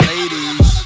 Ladies